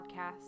podcast